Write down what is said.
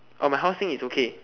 oh my horse thing is okay